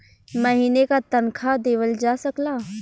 महीने का तनखा देवल जा सकला